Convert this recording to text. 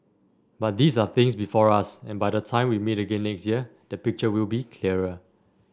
but these are things before us and by the time we meet again next year the picture will be clearer